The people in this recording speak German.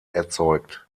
erzeugt